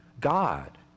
God